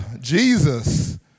Jesus